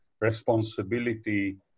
responsibility